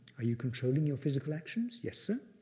are you controlling your physical actions? yes, sir.